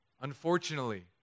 unfortunately